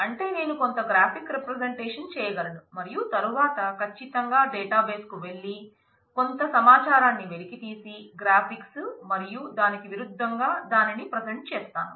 అంటే నేను కొంత గ్రాఫిక్ రెప్రెసెంటేషన్ చేయగలను మరియు తరువాత ఖచ్చితంగా డేటాబేస్ కు వెళ్లి కొంత సమాచారాన్ని వెలికితీసి గ్రాఫిక్స్ మరియు దానికి విరుద్దంగా దానిని ప్రజంట్ చేస్తాను